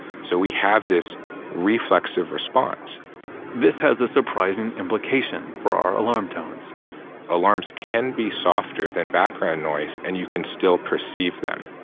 so we have this reflexive response this has a surprising implication for our alarm tones alarms can be softer than background noise and you can still perceive them.